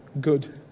Good